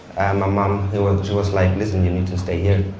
my mom, she was like, listen you need to stay here,